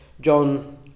John